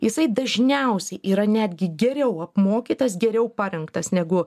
jisai dažniausiai yra netgi geriau apmokytas geriau parengtas negu